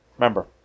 remember